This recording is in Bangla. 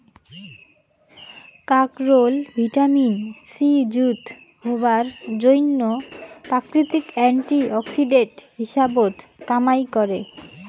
কাকরোল ভিটামিন সি যুত হবার জইন্যে প্রাকৃতিক অ্যান্টি অক্সিডেন্ট হিসাবত কামাই করে